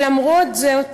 למרות זאת,